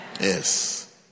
Yes